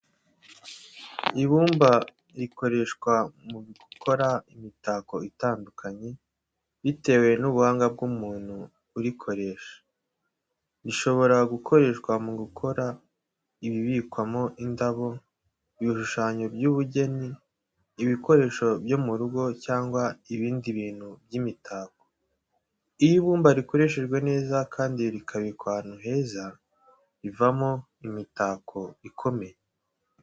Ibumba rikoreshwa mu gukora imitako itandukanye, bitewe n'ubuhanga bw'umuntu urikoresha. Rishobora gukoreshwa mu gukora ibibikwamo indabo, ibishushanyo by’ubugeni, ibikoresho byo mu rugo cyangwa ibindi bintu by’imitako. Iyo ibumba rikoreshejwe neza kandi rikabikwa ahantu heza, rivamo imitako ikomeye.